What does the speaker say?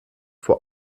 vor